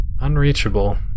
unreachable